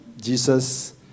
Jesus